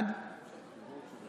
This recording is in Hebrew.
בעד מירי מרים רגב, בעד מיכל רוזין,